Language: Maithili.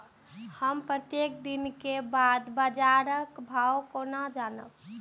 हम प्रत्येक दिन के बाद बाजार भाव केना जानब?